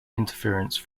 interference